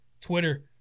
Twitter